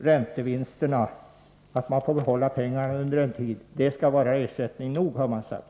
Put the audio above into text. Räntevinsterna på att man får behålla pengarna under en tid skall vara ersättning nog, har de sagt.